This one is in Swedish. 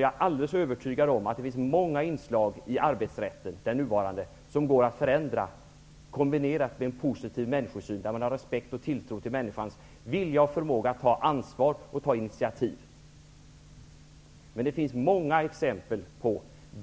Jag är helt övertygad om att det finns många inslag i den nuvarande arbetsrätten som går att förändra -- kombinerat med en positiv människosyn, med respekt för och tilltro till människans vilja och förmåga att ta ansvar och initiativ. Det finns många exempel